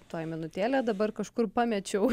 toj minutėlė dabar kažkur pamečiau